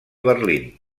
berlín